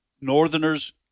northerners